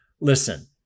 Listen